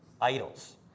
idols